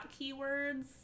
keywords